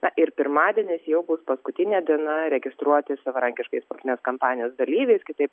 na ir pirmadienis jau bus paskutinė diena registruotis savarankiškais politinės kampanijos dalyviais kitaip